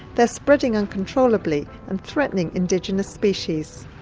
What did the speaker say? they're spreading uncontrollably and threatening indigenous species.